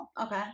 okay